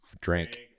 drink